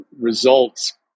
results